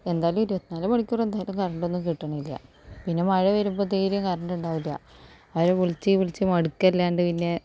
എന്തായാലും ഇരുപത്തി നാല് മണിക്കൂറെന്തായാലും കറണ്ടൊന്നും കിട്ടുന്നില്ല പിന്നെ മഴവരുമ്പോഴേക്കും കറണ്ട് ഉണ്ടാവില്ല അവരെ വിളിച്ച് വിളിച്ച് മടുക്കുകയല്ലാതെ പിന്നെ